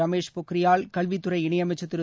ரமேஷ் பொக்ரியால் கல்வித் துறை இணையமைச்சர் திரு